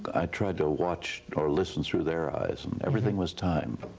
i tried to watch or listen through their eyes. and everything was time.